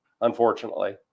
unfortunately